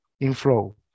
inflow